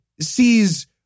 sees